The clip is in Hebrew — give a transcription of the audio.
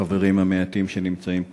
החברים המעטים שנמצאים פה,